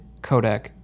codec